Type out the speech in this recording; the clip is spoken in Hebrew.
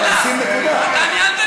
אתה שונא ערבים,